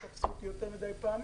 איך תפשו אותי יותר מדי פעמים,